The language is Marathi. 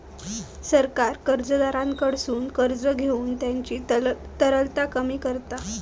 सरकार कर्जदाराकडसून कर्ज घेऊन त्यांची तरलता कमी करता